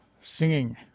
singing